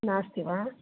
नास्ति वा